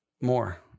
more